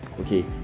okay